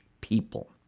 people